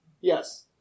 yes